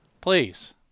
please